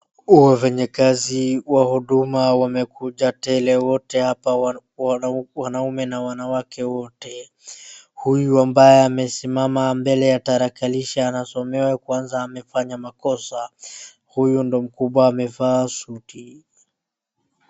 Wafanyikazi wa huduma wamekuja tele wote hapa, wanaume na wanawake wote. Huyu ambaye amesimama mbele ya tarakalisha anasomewa ya kwanza amefanya makosa. Huyu ndio mkubwa amevaa suti.